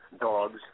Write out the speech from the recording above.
dogs